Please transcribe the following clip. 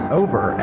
over